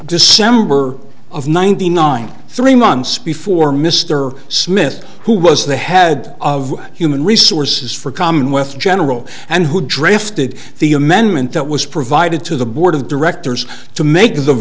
december of ninety nine three months before mr smith who was the head of human resources for commonwealth general and who drafted the amendment that was provided to the board of directors to make the